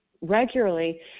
regularly